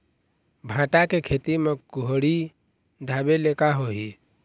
भांटा के खेती म कुहड़ी ढाबे ले का होही?